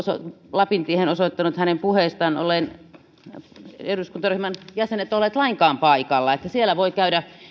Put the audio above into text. lapintien puheista osoittaneet eduskuntaryhmän jäsenet olleet lainkaan paikalla eli siellä voisi käydä